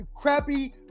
crappy